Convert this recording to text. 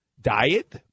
diet